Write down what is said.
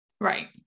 Right